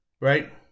right